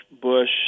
Bush